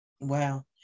Wow